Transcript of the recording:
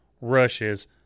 rushes